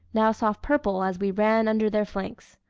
now soft purple as we ran under their flanks.